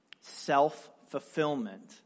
self-fulfillment